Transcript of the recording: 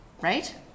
right